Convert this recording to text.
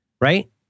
right